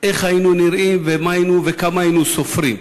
איך היינו נראים, ומה היינו, וכמה היינו סופרים?